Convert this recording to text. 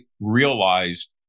realized